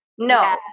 no